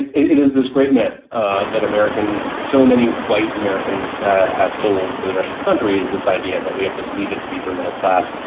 it is this great myth ah that americans, so many white americans have sold to the rest of the country. is this idea that we have this leave it to beaver middle class.